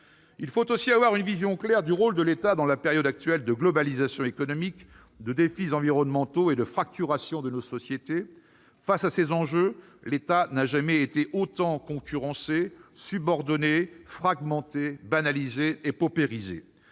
Il faut aussi avoir une vision claire du rôle de l'État dans la période actuelle de globalisation économique, de défis environnementaux et de fracturation de nos sociétés. Face à ces enjeux, l'État n'a jamais été autant concurrencé, subordonné, fragmenté, banalisé et paupérisé.